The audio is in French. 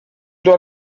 doit